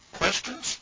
questions